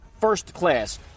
FIRSTCLASS